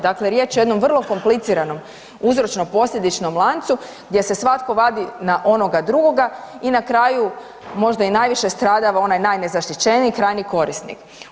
Dakle, riječ je o jednom vrlo kompliciranom uzročno posljedičnom lancu gdje se svatko vadi na onoga drugoga i na kraju možda i najviše stradava onaj najnezaštićeniji, krajnji korisnik.